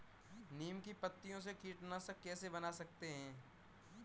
नीम की पत्तियों से कीटनाशक कैसे बना सकते हैं?